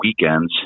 weekends